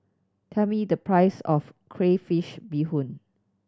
tell me the price of crayfish beehoon